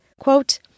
Quote